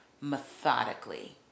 methodically